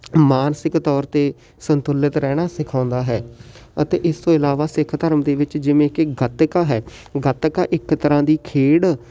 ਮਾਨਸਿਕ ਤੌਰ 'ਤੇ ਸੰਤੁਲਿਤ ਰਹਿਣਾ ਸਿਖਾਉਂਦਾ ਹੈ ਅਤੇ ਇਸ ਤੋਂ ਇਲਾਵਾ ਸਿੱਖ ਧਰਮ ਦੇ ਵਿੱਚ ਜਿਵੇਂ ਕਿ ਗੱਤਕਾ ਹੈ ਗੱਤਕਾ ਇੱਕ ਤਰ੍ਹਾਂ ਦੀ ਖੇਡ